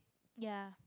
ya